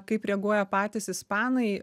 kaip reaguoja patys ispanai